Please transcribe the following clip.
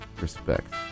respect